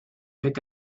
pick